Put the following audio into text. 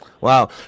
Wow